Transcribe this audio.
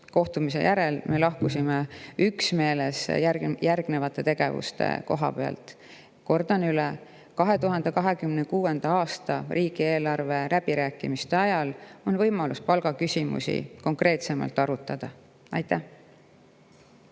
Kohtumise järel me lahkusime üksmeeles järgnevate tegevuste koha pealt. Kordan üle: 2026. aasta riigieelarve läbirääkimiste ajal on võimalus palgaküsimusi konkreetsemalt arutada. Suur